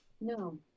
No